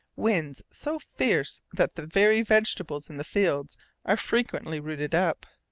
winds so fierce that the very vegetables in the fields are frequently rooted up.